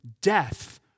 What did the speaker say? death